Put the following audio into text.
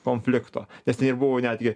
konflikto nes ten ir buvo netgi